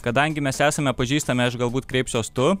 kadangi mes esame pažįstami aš galbūt kreipsiuos tu